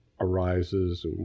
arises